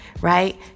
right